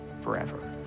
forever